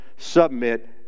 submit